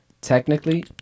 Technically